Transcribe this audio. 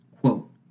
Quote